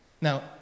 Now